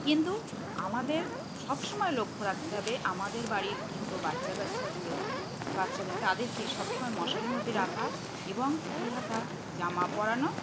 কিন্তু আমাদের সব সময় লক্ষ্য রাখতে হবে আমাদের বাড়ির ছোট বাচ্চা কাচ্চাগুলো বাচ্চাদের তাদেরকে সবসময় মশারির মধ্যে রাখা এবং ফুল হাতা জামা পরানো